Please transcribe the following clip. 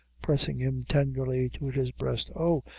pressing him tenderly to his breast. oh!